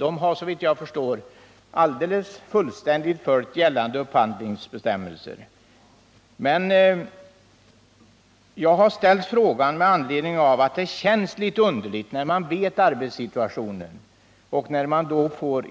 Verket har såvitt jag förstår fullständigt följt gällande upphandlingsbestämmelser. Men jag har ställt frågan med anledning av att det känns litet underligt att